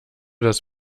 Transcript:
das